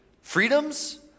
freedoms